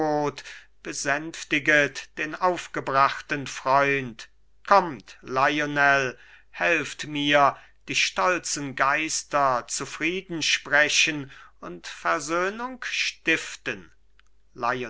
besänftiget den aufgebrachten freund kommt lionel helft mir die stolzen geister zufriedensprechen und versöhnung stiften